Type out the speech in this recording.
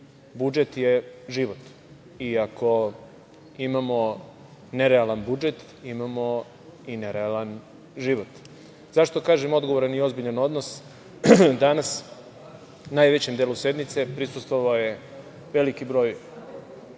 Srbije. Budžet je život, iako imamo nerealan budžet, imamo i nerealan život. Zašto kažem odgovoran i ozbiljan odnos? Danas u najvećem delu sednice prisustvovao je veliki broj